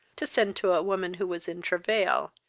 to send to a woman who was in travail,